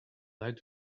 like